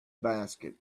basket